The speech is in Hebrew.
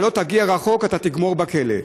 אתה לא תגיע רחוק, אתה תגמור בכלא.